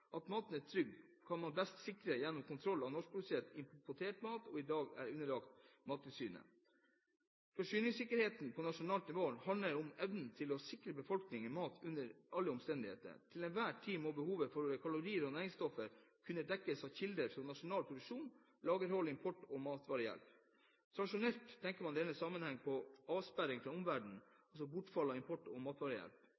At maten er trygg, kan man best sikre gjennom kontroll av norskprodusert og importert mat, i dag underlagt Mattilsynet. Forsyningssikkerheten på nasjonalt nivå handler om evnen til å sikre befolkningen mat under alle omstendigheter. Til enhver tid må behovet for kalorier og næringsstoffer kunne dekkes av kilder fra nasjonal produksjon, lagerhold, import og matvarehjelp. Tradisjonelt tenker en i denne sammenheng på avsperring fra